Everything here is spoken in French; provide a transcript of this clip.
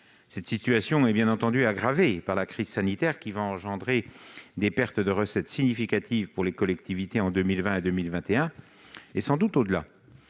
Cette situation est aggravée par la crise sanitaire qui va entraîner des pertes de recettes significatives pour les collectivités en 2020 et 2021, et sans doute au-delà,